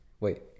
Wait